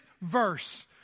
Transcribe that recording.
verse